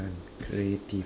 creative